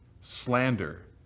slander